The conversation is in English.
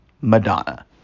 Madonna